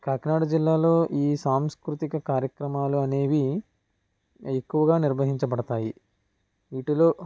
కాకినాడ జిల్లాలో ఈ సాంస్కృతిక కార్యక్రమాలు అనేవి ఎక్కువగా నిర్వహించబడతాయి వీటిలో